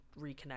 reconnect